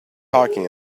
talking